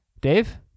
Dave